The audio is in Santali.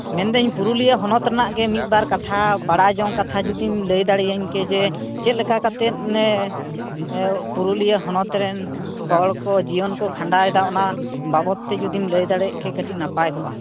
ᱢᱮᱱᱫᱟᱹᱧ ᱯᱩᱨᱩᱞᱤᱭᱟᱹ ᱦᱚᱱᱚᱛ ᱨᱮᱱᱟᱜ ᱜᱮ ᱢᱤᱫᱼᱵᱟᱨ ᱠᱟᱛᱷᱟ ᱵᱟᱲᱟᱭ ᱡᱚᱝ ᱠᱟᱛᱷᱟ ᱡᱩᱫᱤᱢ ᱞᱟᱹᱭ ᱫᱟᱲᱮᱭᱟᱹᱧ ᱠᱮᱭᱟ ᱡᱮ ᱪᱮᱫᱞᱮᱠᱟ ᱠᱟᱛᱮ ᱮᱸᱜ ᱯᱩᱨᱩᱞᱤᱭᱟᱹ ᱦᱚᱱᱚᱛ ᱨᱮᱱ ᱦᱚᱲ ᱠᱚ ᱡᱤᱭᱚᱱ ᱠᱚ ᱠᱷᱟᱸᱰᱟᱣᱮᱫᱟ ᱚᱱᱟ ᱵᱟᱵᱚᱫᱛᱮ ᱡᱩᱫᱤᱢ ᱞᱟᱹᱭ ᱫᱟᱲᱮᱭᱟᱜ ᱠᱮᱭᱟ ᱠᱟᱹᱴᱤᱡ ᱱᱟᱯᱟᱭ ᱠᱚᱜᱼᱟ